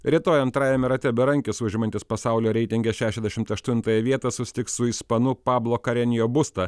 rytoj antrajame rate berankis užimantis pasaulio reitinge šešiasdešimt aštuntąją vietą susitiks su ispanu pablo karenjobusta